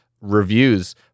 reviews